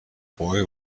boy